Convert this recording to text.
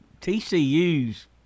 TCU's